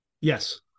Yes